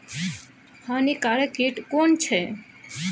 हानिकारक कीट केना कोन छै?